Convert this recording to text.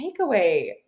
takeaway